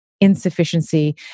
insufficiency